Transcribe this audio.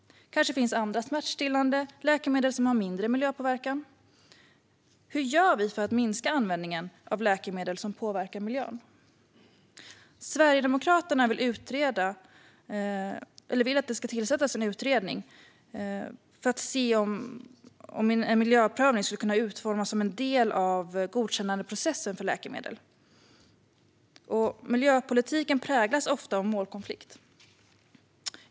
Kanske finns det andra smärtstillande läkemedel som har mindre miljöpåverkan? Hur gör vi för att minska användningen av läkemedel som påverkar miljön? Sverigedemokraterna vill att det ska tillsättas en utredning för att se om en miljöprövning skulle kunna utformas som en del av godkännandeprocessen för läkemedel. Miljöpolitiken präglas ofta av målkonflikt.